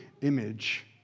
image